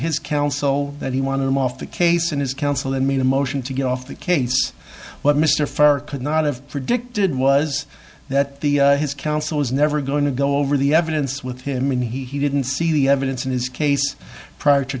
his counsel that he wanted him off the case and his counsel and made a motion to get off the case what mr farrer could not have predicted was that the his counsel was never going to go over the evidence with him and he didn't see the evidence in his case prior to